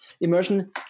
immersion